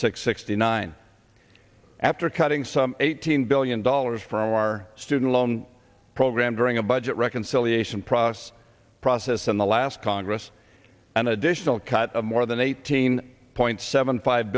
six sixty nine after cutting some eighteen billion dollars from our student loan program during a budget reconciliation process process in the last congress an additional cut of more than eighteen point seven five